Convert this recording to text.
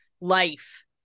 life